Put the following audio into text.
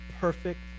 perfect